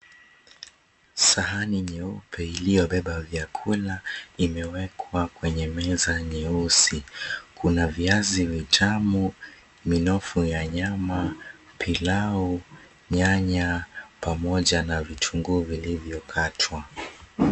Sahani nyeupe iliyobeba vyakula imewekwa kwenye meza nyeusi. Kuna viazi vitamu, minofu ya nyama, pilau, nyanya pamoja na vitunguu vilivyokatwa.